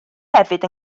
hefyd